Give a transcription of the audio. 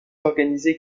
organisé